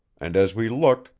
and, as we looked,